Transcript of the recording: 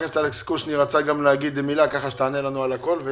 חבר הכנסת קושניר רצה להגיד מילה ואז תענה לנו הכול.